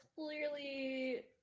Clearly